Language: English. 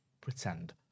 pretend